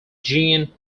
jean